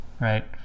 right